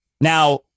Now